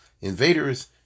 invaders